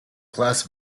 class